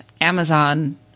Amazon